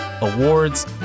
awards